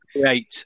create